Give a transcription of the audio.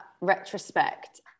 retrospect